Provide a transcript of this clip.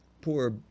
poor